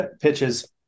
pitches